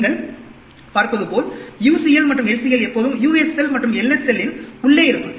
நீங்கள் பார்ப்பதுபோல் UCL மற்றும் LCL எப்போதும் USL மற்றும் LSL இன் உள்ளே இருக்கும்